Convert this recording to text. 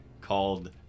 called